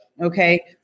okay